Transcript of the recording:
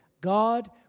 God